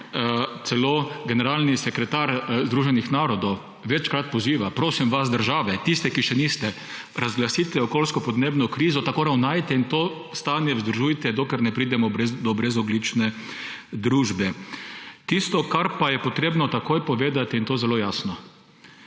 celo generalni sekretar Združenih narodov večkrat poziva – Prosim vas, države, tiste, ki še niste, razglasite okoljsko in podnebno krizo, tako ravnajte in to stanje vzdržujte, dokler ne pridemo do brezogljične družbe. Tisto, kar pa je treba takoj povedati, in to zelo jasno,